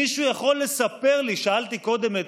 מישהו יכול לספר לי, שאלתי קודם את